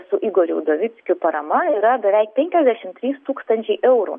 su igoriu udovickiu parama yra beveik penkiasdešim trys tūkstančiai eurų